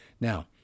Now